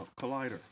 Collider